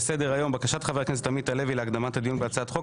בקשת חה"כ עמית הלוי להקדמת הדיון בהצעת חוק